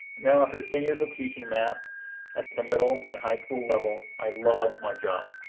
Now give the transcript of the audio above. now after ten years of teaching math at the middle and high school level, i love my job.